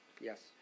Yes